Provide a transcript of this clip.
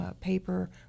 paper